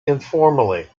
informally